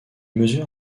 mesurent